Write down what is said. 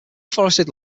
forested